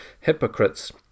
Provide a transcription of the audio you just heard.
Hypocrites